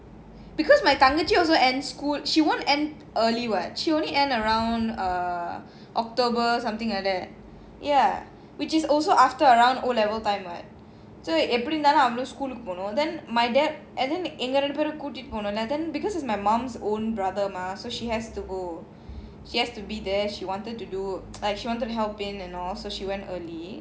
because my தங்கச்சி:thangachi also end school she won't end early [what] she will only end around err october something like that ya which is also after around O level time [what] so எப்படிஇருந்தாலும்அவளும்:epdi irunthalum avalum school போனும்:ponum then my dad எங்கரெண்டுபேரையும்கூட்டிட்டுபோணும்ல:enga rendu perayum kootitu ponumla because it's my mum's own brother mah so she has to go she has to be there she wanted to do like she wanted help and all so she went early